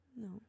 No